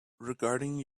regarding